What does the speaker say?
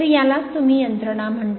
तर यालाच तुम्ही यंत्रणा म्हणता